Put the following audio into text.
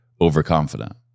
overconfident